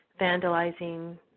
vandalizing